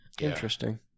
Interesting